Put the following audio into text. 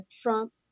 Trump